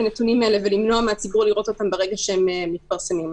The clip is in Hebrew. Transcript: הנתונים האלה ולמנוע מהציבור לראות אותם ברגע שהם מתפרסמים.